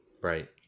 Right